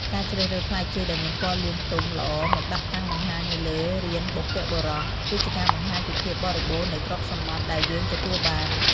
ការជ្រើសរើសផ្លែចេកដែលមានពណ៌លឿងទុំល្អមកដាក់តាំងបង្ហាញនៅលើរានបុព្វបុរស គឺជាការបង្ហាញពីភាពបរិបូរណ៍នៃទ្រព្យសម្បត្តិដែលយើងទទួលបាន។